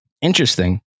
Interesting